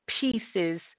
pieces